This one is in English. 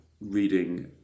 reading